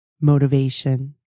motivation